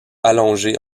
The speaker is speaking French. allongé